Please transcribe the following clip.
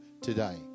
today